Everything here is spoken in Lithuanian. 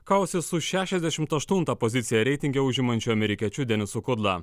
kausis su šešiasdešimt aštuntą poziciją reitinge užimančiu amerikiečiu denisu kudla